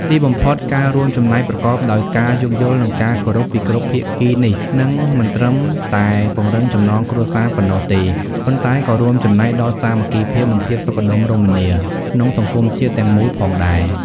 ទីបំផុត ការរួមចំណែកប្រកបដោយការយោគយល់ និងការគោរពពីគ្រប់ភាគីនេះ នឹងមិនត្រឹមតែពង្រឹងចំណងគ្រួសារប៉ុណ្ណោះទេ ប៉ុន្តែក៏រួមចំណែកដល់ សាមគ្គីភាព និងភាពសុខដុមរមនា ក្នុងសង្គមជាតិទាំងមូលផងដែរ។